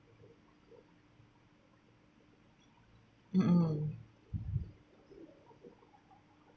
mm mm